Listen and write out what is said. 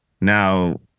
now